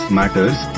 matters